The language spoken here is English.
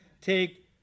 take